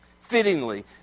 Fittingly